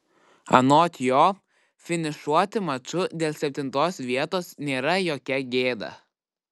anot jo finišuoti maču dėl septintos vietos nėra jokia gėda